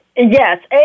Yes